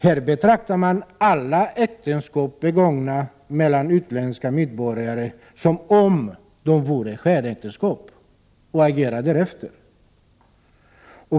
Här betraktar man alla äktenskap ingångna med utländska medborgare som varande skenäktenskap, och man agerar därefter.